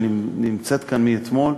שנמצאת כאן מאתמול,